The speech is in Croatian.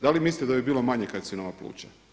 Da li mislite da bi bilo manje karcinoma pluća?